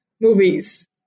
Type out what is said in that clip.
movies